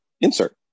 insert